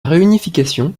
réunification